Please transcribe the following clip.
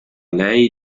lei